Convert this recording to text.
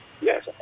Yes